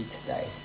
today